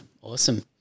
Awesome